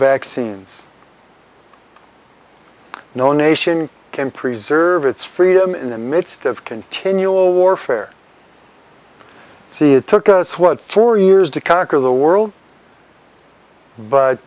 vaccines no nation can preserve its freedom in the midst of continual warfare c it took us what four years to conquer the world